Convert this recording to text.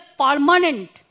permanent